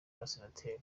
abasenateri